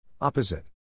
Opposite